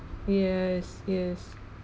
yes yes